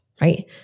Right